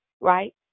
right